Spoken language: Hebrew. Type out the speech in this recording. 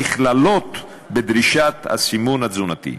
נכללות בדרישת הסימון התזונתי.